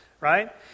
right